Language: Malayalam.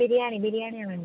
ബിരിയാണി ബിരിയാണിയാണ് വേണ്ടത്